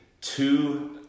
two